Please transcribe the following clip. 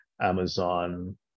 Amazon